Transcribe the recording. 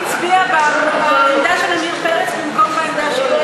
הצביעה בעמדה של עמיר פרץ במקום בעמדה שלה.